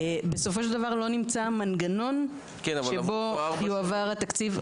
בסופו של דבר לא נמצא המנגנון שבו יועבר התקציב.